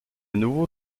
nouveau